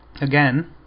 Again